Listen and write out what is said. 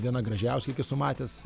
viena gražiausių kiek esu matęs